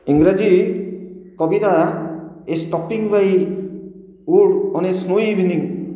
ଇଂରାଜୀ କବିତା stopping by woods on a snowy evening